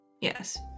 Yes